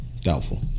Doubtful